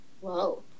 whoa